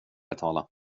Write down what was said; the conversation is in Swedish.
betala